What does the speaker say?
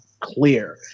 Clear